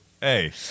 Hey